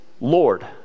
Lord